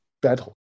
battle